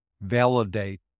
validate